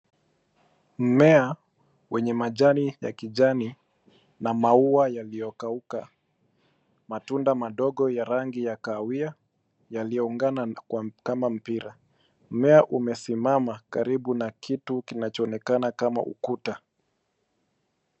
Mmea wenye majani ya kijani na maua yaliyokauka. Matunda madogo ya rangi ya kahawia yalioungana kama mpira. Mmea umesimama karibu na kitu kinachoonekana kama ukuta.